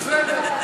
בסדר.